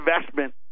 investment